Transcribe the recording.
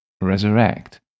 Resurrect